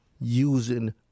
using